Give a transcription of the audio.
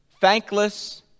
thankless